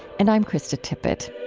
and i'm krista tippett